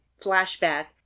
flashback